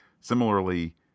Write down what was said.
similarly